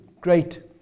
great